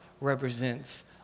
represents